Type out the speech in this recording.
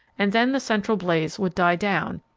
and then the central blaze would die down,